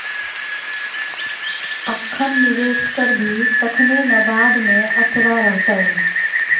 अखन निवेश करभी तखने न बाद मे असरा रहतौ